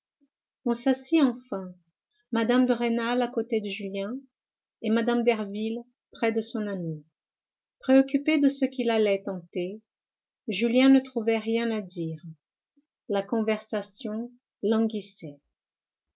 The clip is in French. on s'assit enfin mme de rênal à côté de julien et mme derville près de son amie préoccupé de ce qu'il allait tenter julien ne trouvait rien à dire la conversation languissait